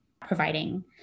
providing